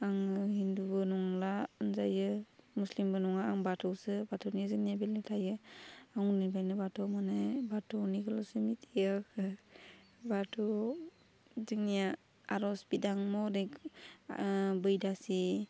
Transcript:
आङो हिन्दुबो नंला होनजायो मुस्लिमबो नङा आं बाथौसो बाथौनि जोंनिया बेलेग थायो आं उननिफायनो बाथौ मानि बाथौनिखौल'सो मिथियो आरो बाथौ जोंनिया आर'ज बिदां महरै बैदासि